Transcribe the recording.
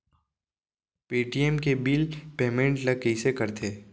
Paytm के bill payment ल कइसे करथे?